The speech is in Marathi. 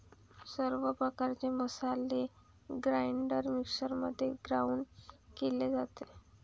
सर्व प्रकारचे मसाले ग्राइंडर मिक्सरने ग्राउंड केले जातात